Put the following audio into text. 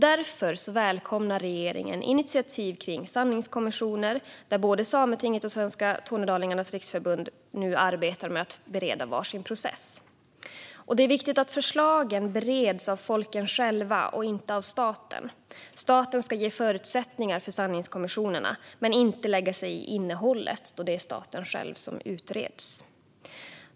Därför välkomnar regeringen initiativ kring sanningskommissioner där både Sametinget och Svenska Tornedalingars Riksförbund nu arbetar med att bereda var sin process. Det är viktigt att förslagen bereds av folken själva och inte av staten. Staten ska ge förutsättningar för sanningskommissionerna men inte lägga sig i innehållet, då det är staten själv som utreds.